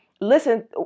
listen